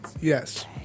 Yes